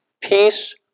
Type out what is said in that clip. Peace